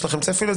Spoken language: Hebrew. יש לכם צפי?